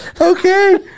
Okay